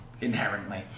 inherently